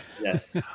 Yes